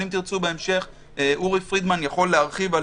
אבל אם תרצו בהמשך אורי פרידמן יכול להרחיב על